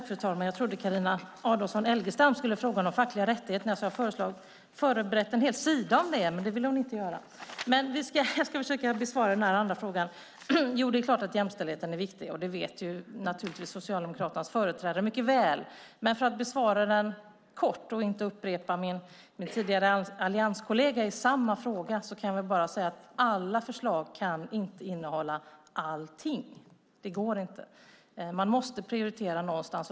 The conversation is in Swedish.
Fru talman! Jag trodde Carina Adolfsson Elgestam skulle fråga om de fackliga rättigheterna så jag har förberett en hel sida om det. Men det ville hon inte göra. Jag ska försöka besvara den andra frågan. Det är klart att jämställdheten är viktig. Det vet naturligtvis Socialdemokraternas företrädare mycket väl. För att besvara frågan kort och inte upprepa det min allianskollega tidigare sade i samma fråga kan jag bara säga att alla förslag inte kan innehålla allting. Det går inte. Man måste prioritera någonstans.